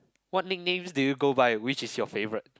what nicknames do you go by which is your favourite